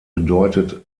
bedeutet